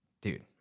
dude